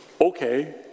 Okay